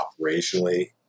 operationally